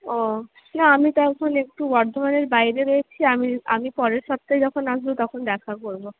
ও না আমি তো এখন একটু বর্ধমানের বাইরে রয়েছি আমি আমি পরের সপ্তাহে যখন আসবো তখন দেখা করবো